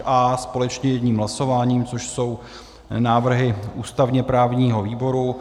A společně jedním hlasováním, což jsou návrhy ústavněprávního výboru.